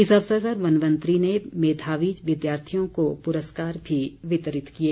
इस अवसर पर वन मंत्री ने मेधावी विद्यार्थियों को पुरस्कार भी वितरित किए